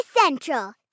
Central